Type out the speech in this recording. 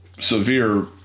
severe